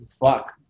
fuck